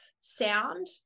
sound